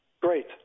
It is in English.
Great